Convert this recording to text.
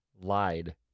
lied